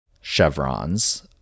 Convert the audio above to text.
chevrons